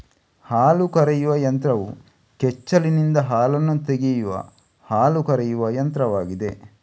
ಹಾಲು ಕರೆಯುವ ಯಂತ್ರವು ಕೆಚ್ಚಲಿನಿಂದ ಹಾಲನ್ನು ತೆಗೆಯುವ ಹಾಲು ಕರೆಯುವ ಯಂತ್ರವಾಗಿದೆ